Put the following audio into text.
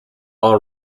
all